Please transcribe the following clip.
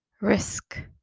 risk